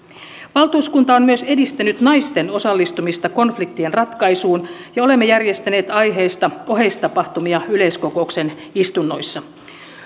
valtuuskunta on myös edistänyt naisten osallistumista konfliktien ratkaisuun ja olemme järjestäneet aiheesta oheistapahtumia yleiskokouksen istunnoissa